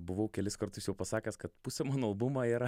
buvau kelis kartus jau pasakęs kad pusė mano albumo yra